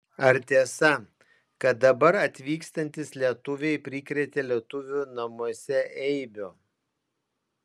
ar tiesa kad dabar atvykstantys lietuviai prikrėtė lietuvių namuose eibių